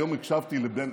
היום הקשבתי לבנט,